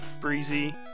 breezy